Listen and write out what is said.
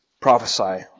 prophesy